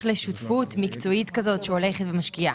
לשותפות מקצועית כזאת שהולכת ומשקיעה,